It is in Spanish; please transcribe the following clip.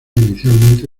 inicialmente